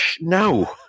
no